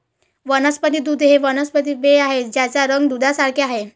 वनस्पती दूध एक वनस्पती पेय आहे ज्याचा रंग दुधासारखे आहे